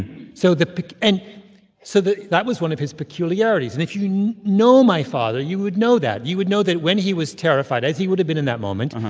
so the and so that that was one of his peculiarities, and if you know my father, you would know that. you would know that when he was terrified, as he would have been in that moment,